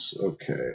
Okay